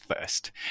first